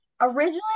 originally